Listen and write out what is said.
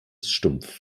stumpf